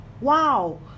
Wow